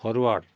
forward